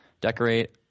decorate